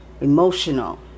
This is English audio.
emotional